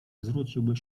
zwróciły